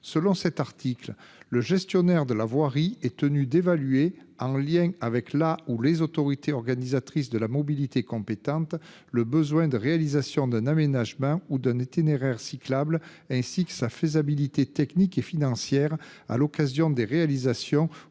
de cet article, le gestionnaire de la voirie est tenu d’évaluer, « en lien avec la ou les autorités organisatrices de la mobilité (AOM) compétentes, le besoin de réalisation d’un aménagement ou d’un itinéraire cyclable ainsi que sa faisabilité technique et financière », à l’occasion des réalisations